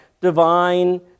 divine